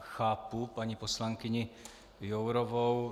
Chápu paní poslankyni Jourovou.